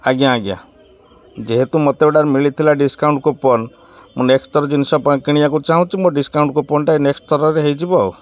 ଆଜ୍ଞା ଆଜ୍ଞା ଯେହେତୁ ମୋତେ ଗୋଟା ମିଳିଥିଲା ଡିସକାଉଣ୍ଟ କୁପନ ମୁଁ ନେକ୍ସଟ ଥର ଜିନିଷ ପାଇଁ କିଣିବାକୁ ଚାହୁଁଛି ମୋ ଡିସକାଉଣ୍ଟ କୁପନ୍ଟା ନେକ୍ସଟ ଥରରେ ହେଇଯିବ ଆଉ